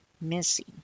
missing